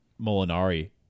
Molinari